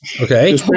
Okay